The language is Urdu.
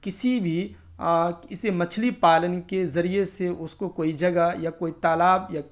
کسی بھی اسے مچھلی پالن کے ذریعے سے اس کو کوئی جگہ یا کوئی تالاب یا